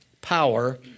power